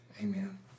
Amen